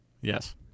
Yes